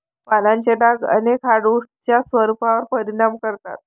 पानांचे डाग अनेक हार्डवुड्सच्या स्वरूपावर परिणाम करतात